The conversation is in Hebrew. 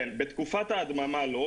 בתקופת ההדממה לא,